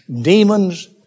demons